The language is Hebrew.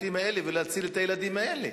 העיוותים האלה ולהציל את הילדים האלה?